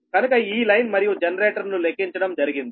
కనుక ఈ లైన్ మరియు జనరేటర్ ను లెక్కించడం జరిగింది